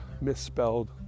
misspelled